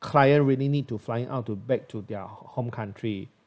client really need to flying out to back to their home country